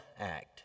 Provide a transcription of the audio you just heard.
act